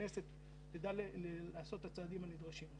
שהכנסת תדע לעשות את הצעדים הנדרשים.